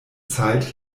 zeit